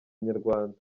inyarwanda